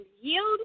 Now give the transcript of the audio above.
yield